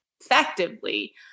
effectively